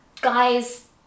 guys